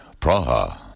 Praha